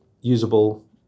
usable